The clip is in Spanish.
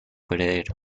heredero